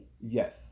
Yes